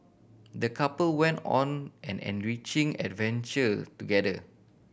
the couple went on an enriching adventure together